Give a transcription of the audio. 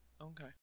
Okay